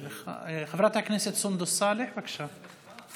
חברת הכנסת סונדוס סאלח, בבקשה.